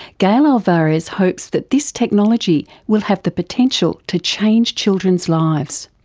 gail alvares hopes that this technology will have the potential to changes children's lives.